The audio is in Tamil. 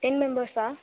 டென் மெம்பர்ஸா